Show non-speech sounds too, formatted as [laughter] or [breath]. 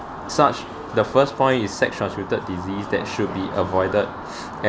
such the first point is sex transmitted disease that should be avoided [breath]